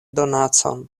donacon